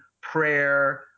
prayer